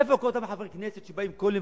איפה כל אותם חברי הכנסת שבאים כל יום